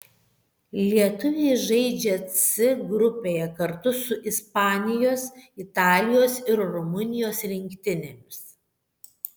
lietuviai žaidžia c grupėje kartu su ispanijos italijos ir rumunijos rinktinėmis